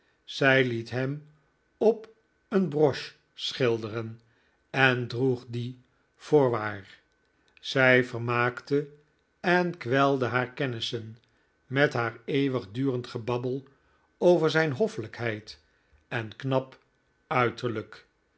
zij liet hem op een broche schilderen en droeg die voorwaar zij vermaakte en kwelde haar kennissen met haar eeuwigdurend gebabbel over zijn hoffelijkheid en knap uiterlijk